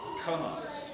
cards